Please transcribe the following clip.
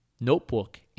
notebook